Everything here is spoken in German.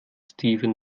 steven